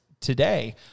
today